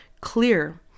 clear